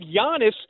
Giannis